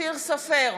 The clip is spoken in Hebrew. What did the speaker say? אופיר סופר,